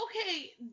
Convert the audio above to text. Okay